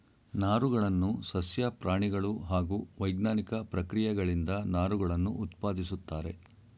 ನಾರುಗಳನ್ನು ಸಸ್ಯ ಪ್ರಾಣಿಗಳು ಹಾಗೂ ವೈಜ್ಞಾನಿಕ ಪ್ರಕ್ರಿಯೆಗಳಿಂದ ನಾರುಗಳನ್ನು ಉತ್ಪಾದಿಸುತ್ತಾರೆ